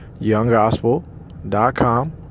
younggospel.com